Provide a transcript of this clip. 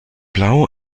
blau